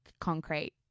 concrete